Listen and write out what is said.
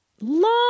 long